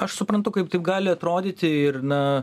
aš suprantu kaip taip gali atrodyti ir na